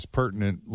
pertinent